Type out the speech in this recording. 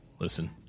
listen